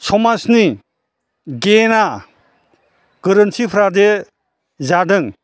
समाजनि गेना गोरोन्थिफ्राजे जादों